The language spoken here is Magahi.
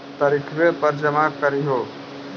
तरिखवे पर जमा करहिओ?